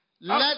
let